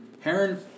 Heron